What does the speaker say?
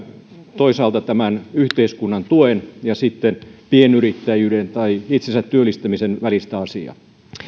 toisaalta yhteiskunnan tuen ja pienyrittäjyyden tai itsensä työllistämisen välistä asiaa